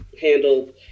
handled